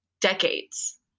decades